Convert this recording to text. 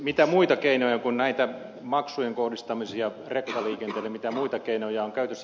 mitä muita keinoja kuin näitä maksujen kohdistamisia rekkaliikenteelle on käytössä